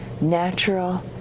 natural